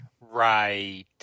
Right